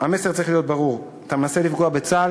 המסר צריך להיות ברור: אתה מנסה לפגוע בצה"ל,